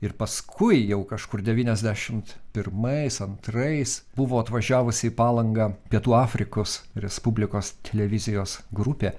ir paskui jau kažkur devyniasdešimt pirmais antrais buvo atvažiavusi į palangą pietų afrikos respublikos televizijos grupė